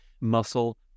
muscle